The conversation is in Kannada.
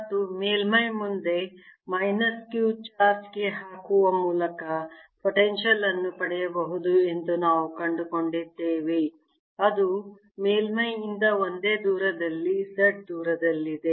ಮತ್ತು ಮೇಲ್ಮೈ ಮುಂದೆ ಮೈನಸ್ q ಚಾರ್ಜ್ ಗೆ ಹಾಕುವ ಮೂಲಕ ಪೊಟೆನ್ಶಿಯಲ್ ಅನ್ನು ಪಡೆಯಬಹುದು ಎಂದು ನಾವು ಕಂಡುಕೊಂಡಿದ್ದೇವೆ ಅದು ಮೇಲ್ಮೈಯಿಂದ ಒಂದೇ ದೂರದಲ್ಲಿ Z ದೂರದಲ್ಲಿದೆ